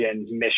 mission